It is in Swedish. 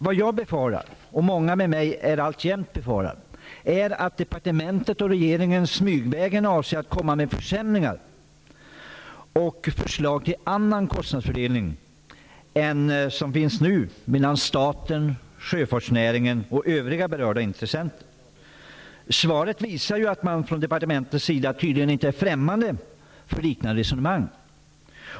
Vad jag och många med mig alltjämt befarar är att departementet och regeringen avser att smygvägen komma med försämringar och förslag till annan kostnadsfördelning än den nuvarande mellan staten, sjöfartsnäringen och övriga berörda intressenter. Svaret visar att man från departementets sida tydligen inte är främmande för sådana resonemang.